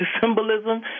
symbolism